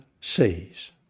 sees